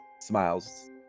smiles